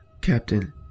Captain